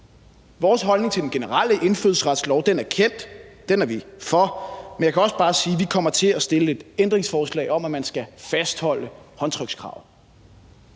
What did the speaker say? Vores holdning til den generelle indfødsretslov er kendt, den er vi for, men jeg kan også bare sige, at vi kommer til at stille et ændringsforslag om, at man skal fastholde håndtrykskravet.